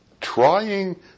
trying